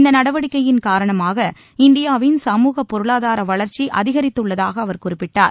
இந்த நடவடிக்கையின் காரணமாக இந்தியாவின் சமூகப் பொருளாதார வளர்ச்சி அதிகரித்துள்ளதாக அவர் குறிப்பிட்டார்